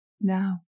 now